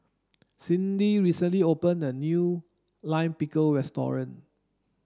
Cindy recently opened a new Lime Pickle restaurant